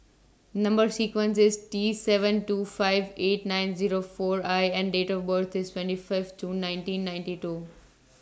Number sequence IS T seven two five eight nine Zero four I and Date of birth IS twenty Fifth June nineteen ninety two